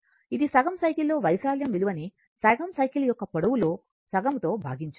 ఇది సగం సైకిల్ లో వైశాల్యం విలువని సగం సైకిల్ యొక్క పొడవు లో సగం తో భాగించాలి